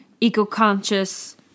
eco-conscious